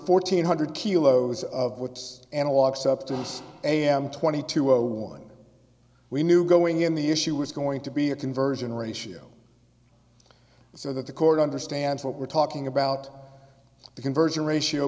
fourteen hundred kilos of woods and walks up to us am twenty two zero one we knew going in the issue was going to be a conversion ratio so that the court understands what we're talking about the conversion ratio